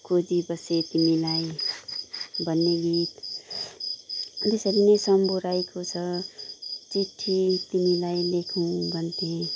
खोजी बसेँ तिमीलाई भन्ने गीत त्यसरी नै शम्भु राईको छ चिठी तिमीलाई लेखौँ भन्थे